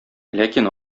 ләкин